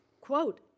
quote